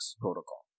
protocol